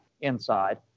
inside